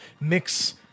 mix